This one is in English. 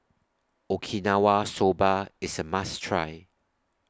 Okinawa Soba IS A must Try